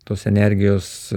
tos energijos